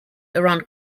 around